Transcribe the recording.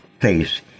place